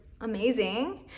amazing